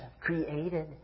created